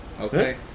Okay